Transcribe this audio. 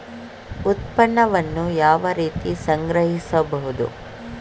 ಉತ್ಪನ್ನವನ್ನು ಯಾವ ರೀತಿ ಸಂಗ್ರಹಿಸಬಹುದು?